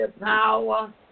power